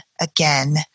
again